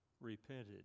repented